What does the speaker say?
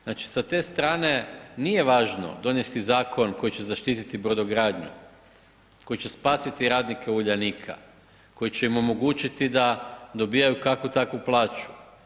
Znači, sa te strane nije važno donesti zakon koji će zaštititi brodogradnju, koji će spasiti radnike Uljanika, koji će im omogućiti da dobivaju kakvu-takvu plaću.